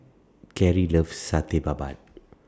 Cari loves Satay Babat